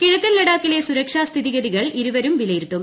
കിഴക്കൻ ലഡാക്കിലെ സുരക്ഷാ സ്ഥിതിഗതികൾ ഇരുവരും വിലയിരുത്തും